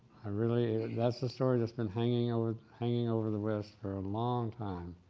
i really, that's the story that's been hanging over hanging over the west for a long time,